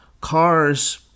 Cars